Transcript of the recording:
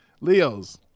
Leo's